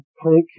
punk